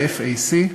ה-FAC,